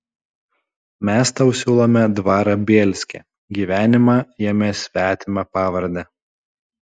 mes tau siūlome dvarą bielske gyvenimą jame svetima pavarde